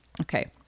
Okay